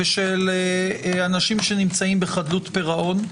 השיקום הכלכלי של חייבים ושל אנשים שנמצאים בחדלות פירעון,